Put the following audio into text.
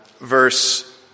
verse